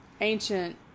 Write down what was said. ancient